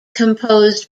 composed